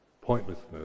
pointlessness